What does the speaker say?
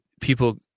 people